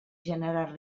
generar